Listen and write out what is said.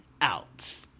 out